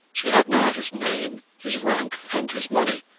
she had now his name, his rank, and his money,